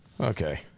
Okay